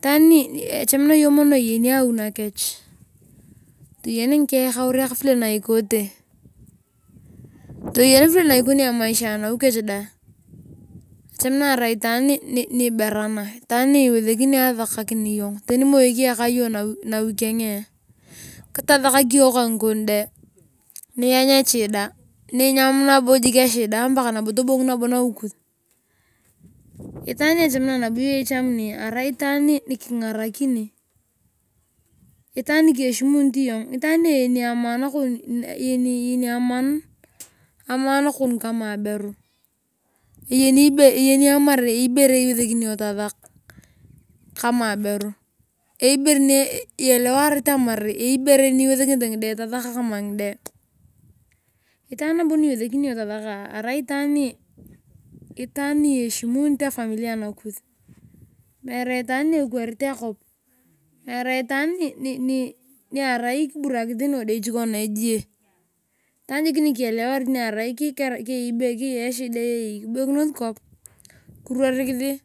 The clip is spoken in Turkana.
itaan nii echamaikiria yong mono iyeni awi nakech toyen ngikekauriak vile naikote. Toyen vile naikoni emaisha anawi keche dae echamakina arai itaan ni iberana itaan niwesekini asakakir yong teni moi keyaka yong nawi keng kitasakak yong ka ngikon de nianyu eshida. Ninyan nabo jik echida paka nabo tobong nawi kus itaan niechamakina nabo iyong ichamuni arai itaan nikingarikini itaan nieshimunit yong. itaan nuyeni amaan kon. Eyeni amaan kong kama abeni eyeni ibere eyeni amar eyei ibere iwesekini yong tasak kama aberu eyei ibere ne elewarit amar eyei ibore niwesekini ngide tasak kama ngide. Itaan habo niwesekini iyong tasakaa arai itaan ni nieshimunit afamilia nakus meere itaan niekwerit akop meere itaan niarai kiburakis tani odiochichi kona ejie. Itaan jiik nielewani niarai kerai keyei echida eyei kibokinos kop kiruorikis.